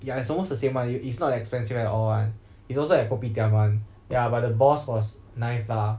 ya it's almost the same one you it's not expensive at all one it's also at kopitiam one ya but the boss was nice lah